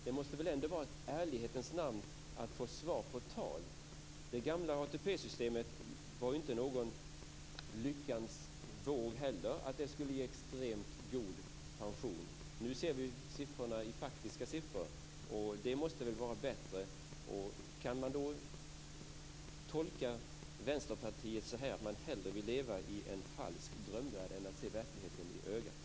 Det måste väl ändå i ärlighetens namn vara att få svar på tal? Det gamla ATP-systemet var inte någons lyckans vår, dvs. att det skulle ge extremt god pension. Nu ser vi faktiska siffror. Det måste väl vara bättre. Kan man tolka Vänsterpartiet så, att man hellre vill leva i en falsk drömvärld än att se verkligheten i ögat?